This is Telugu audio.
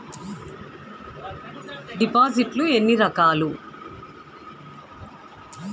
డిపాజిట్లు ఎన్ని రకాలు?